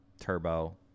turbo